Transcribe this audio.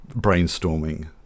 brainstorming